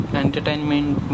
entertainment